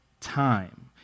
time